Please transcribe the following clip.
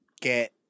get